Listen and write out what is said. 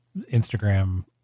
Instagram